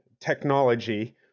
technology